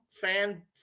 fan